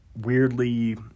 weirdly